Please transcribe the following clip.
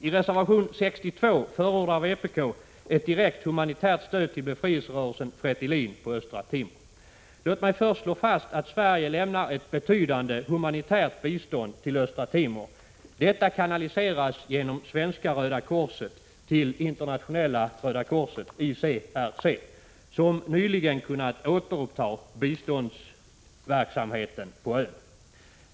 I reservation 62 förordar vpk ett direkt humanitärt stöd till befrielserörelsen FRETILIN på Östra Timor. Låt mig först slå fast att Sverige lämnar ett betydande humanitärt bistånd till Östra Timor. Detta kanaliseras genom Svenska röda korset till Internationella röda korset, ICRC, som nyligen kunnat återuppta biståndsverksamheten på ön.